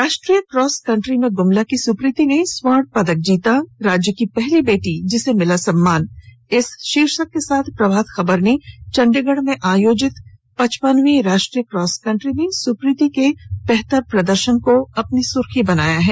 राष्ट्रीय cross country में गुमला की सुप्रीति ने जीता खर्ण राज्य की पहली बेटी जिसे मिला ये सम्मान इस शीर्षक के साथ प्रभात खबर ने चंडीगढ़ में आयोजित पचपनवीं राष्ट्रीय क्रॉस कंट्री में सुप्रीति कच्छप के बेहतर प्रदर्शन की खबर को अपनी सुर्खी बनायी है